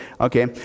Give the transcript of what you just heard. Okay